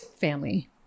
family